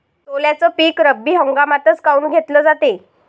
सोल्याचं पीक रब्बी हंगामातच काऊन घेतलं जाते?